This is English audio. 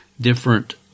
different